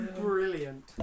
brilliant